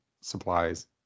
supplies